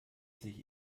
sich